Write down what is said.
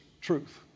truth